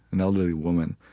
an elderly woman,